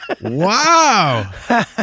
Wow